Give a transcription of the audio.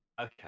Okay